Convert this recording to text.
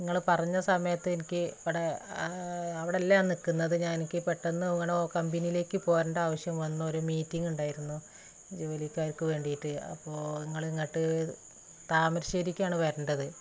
നിങ്ങള് പറഞ്ഞ സമയത്ത് എനിക്ക് അവിടെ അവിടെയല്ല ഞാൻ നില്ക്കുന്നത് ഞാൻ എനിക്ക് പെട്ടെന്ന് കമ്പനിയിലേക്കു പോരണ്ട ആവശ്യം വന്നു ഒരു മീറ്റിങ്ങുണ്ടായിരുന്നു ജോലിക്കാർക്ക് വേണ്ടിയിട്ട് അപ്പോള് നിങ്ങള് ഇങ്ങാട്ട് താമരശേരിക്കാണ് വരണ്ടത്